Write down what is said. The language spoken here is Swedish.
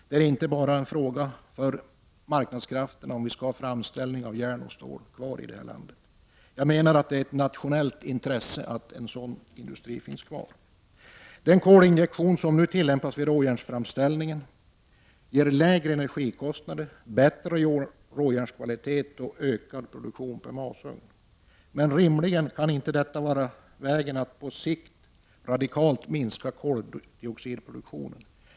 Det är inte bara en fråga för marknadskrafterna om vi skall ha en framställning av järn och stål kvar i det här landet. Jag hävdar att det är ett nationellt intresse att vi har en sådan industri kvar. Den kolinjektion som nu tillämpas vid råjärnsframställningen ger lägre energikostnader, bättre råjärnskvalitet och ökad produktion per masugn. Men rimligtvis kan detta inte vara vägen att på sikt radikalt minska koldioxidproduktionen.